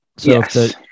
Yes